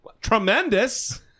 Tremendous